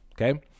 Okay